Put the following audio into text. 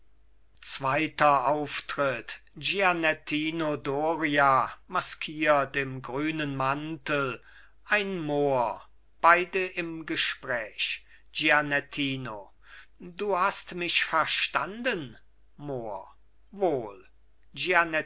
zweiter auftritt gianettino doria maskiert im grünen mantel ein mohr beide im gespräch gianettino du hast mich verstanden mohr wohl